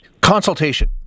Consultation